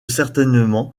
certainement